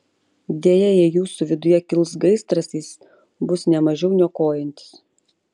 deja jei jūsų viduje kils gaisras jis bus ne mažiau niokojantis